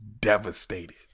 devastated